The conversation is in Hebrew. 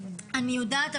אני יודעת,